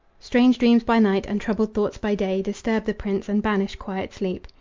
strange dreams by night and troubled thoughts by day disturb the prince and banish quiet sleep.